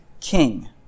king